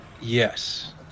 Yes